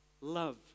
love